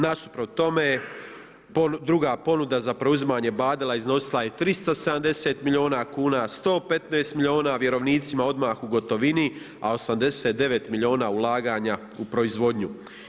Nasuprot tome, druga ponuda za preuzimanje Badela iznosila je 370 milijuna kuna, 115 milijuna vjerovnicima odmah u gotovini a 89 milijuna ulaganja u proizvodnju.